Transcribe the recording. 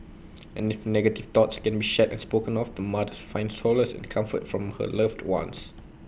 and if negative thoughts can be shared and spoken of the mother finds solace and comfort from her loved ones